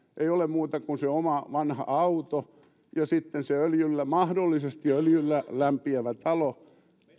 ei ole muuta kuin se oma vanha auto ja sitten se mahdollisesti öljyllä lämpiävä talo